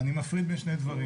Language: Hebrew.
אני מפריד בין שני דברים.